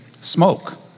smoke